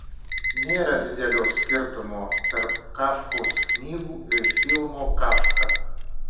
nėra didelio skirtumo tarp kafkos knygų ir filmo kafka